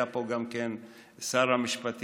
היה פה גם שר המשפטים,